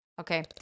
Okay